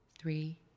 Three